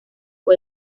fue